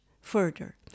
further